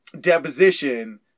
deposition